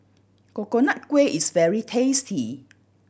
Coconut Kuih is very tasty